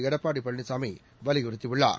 எடப்பாடி பழனிசாமி வலியுறுத்தியுள்ளார்